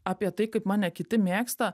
apie tai kaip mane kiti mėgsta